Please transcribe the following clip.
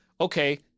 okay